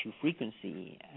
frequency